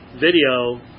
video